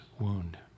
wound